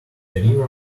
river